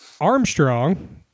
Armstrong